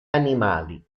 animali